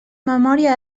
memòria